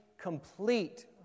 complete